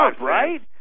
right